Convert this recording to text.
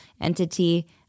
entity